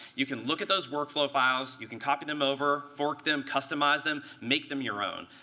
you can look at those workflow files. you can copy them over, fork them, customize them, make them your own.